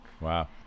Wow